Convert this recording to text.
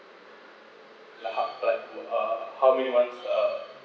like how like uh how many month uh